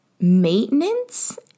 maintenance